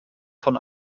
von